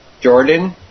Jordan